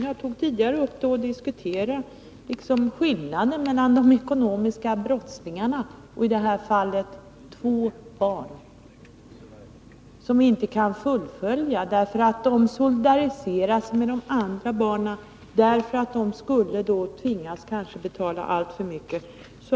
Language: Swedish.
Jag har tidigare med justitieministern diskuterat skillnaden mellan de ekonomiska brottslingarna och de två barn som är aktuella i detta fall och som inte kan fullfölja sitt mål därför att de solidariserar sig med de andra barnen och därför att de kanske skulle tvingas betala alltför mycket.